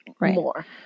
more